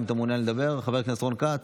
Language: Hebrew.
האם אתה מעוניין לדבר, חבר הכנסת רון כץ?